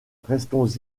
restons